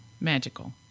magical